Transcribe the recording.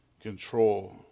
control